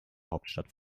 hauptstadt